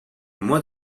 mois